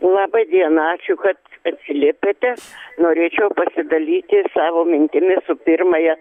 laba diena ačiū kad atsiliepėte norėčiau pasidalyti savo mintimis su pirmąja